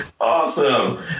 Awesome